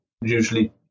usually